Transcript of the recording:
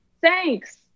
thanks